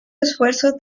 esfuerzos